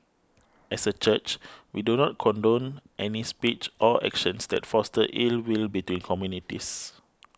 as a church we do not condone any speech or actions that foster ill will between communities